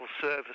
service